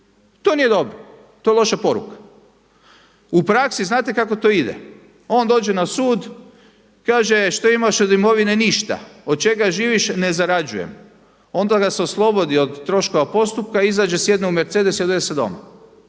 To nije dobro, to je loša poruka. U praksi znate kako to ide, on dođe na sud, kaže šta imaš od imovine, ništa, od čega živiš, ne zarađujem. Onda ga se oslobodi od troškova postupka, izađe sjedne u Mercedes i odveze doma.